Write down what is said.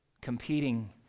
competing